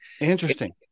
Interesting